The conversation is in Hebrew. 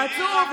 העצוב,